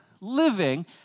living